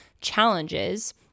challenges